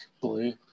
blue